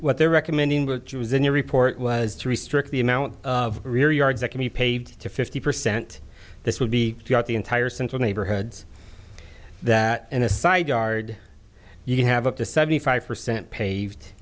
what they're recommending which was in your report was to restrict the amount of real yards that can be paved to fifty percent this would be out the entire central neighborhoods that in a side yard you can have up to seventy five percent paved